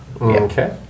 Okay